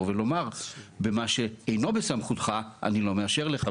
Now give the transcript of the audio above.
ולומר במה שאינו בסמכותך אני לא מאשר לך,